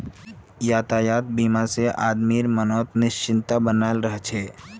यातायात बीमा से आदमीर मनोत् निश्चिंतता बनाल रह छे